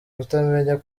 kutamenya